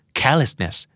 carelessness